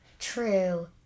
True